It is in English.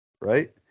right